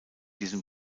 diesem